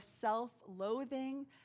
self-loathing